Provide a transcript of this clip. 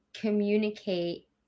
communicate